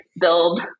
build